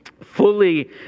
fully